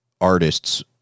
artists